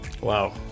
wow